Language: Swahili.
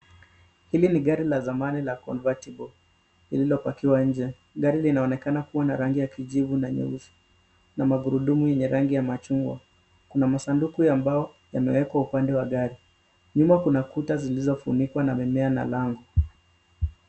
Hili ni gari la zamani la convertible lililopakiwa nje. Gari linaonekana kuwa na rangi ya kijivu na nyeusi na magurudumu yenye rangi ya machungwa. Kuna masunduku ya mbao yamewekwa upande wa gari. Nyuma kuna kuta zilizofunikwa na mimea na lango.